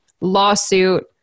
lawsuit –